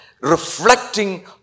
reflecting